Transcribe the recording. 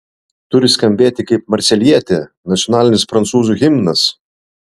turi skambėti kaip marselietė nacionalinis prancūzų himnas